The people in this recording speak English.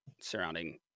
surrounding